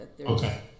Okay